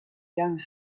young